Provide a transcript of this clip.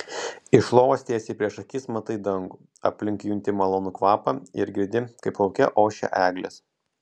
iš lovos tiesiai prieš akis matai dangų aplink junti malonų kvapą ir girdi kaip lauke ošia eglės